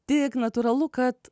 tik natūralu kad